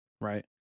Right